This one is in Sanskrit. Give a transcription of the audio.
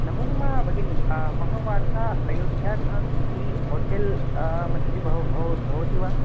नमो नमः भगिनि मम वार्ता अयोध्याधाम इति होटेल् मध्ये भव भव भवति वा